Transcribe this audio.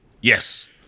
Yes